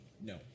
No